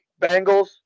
Bengals